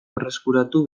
berreskuratu